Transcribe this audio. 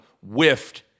whiffed